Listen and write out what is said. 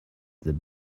the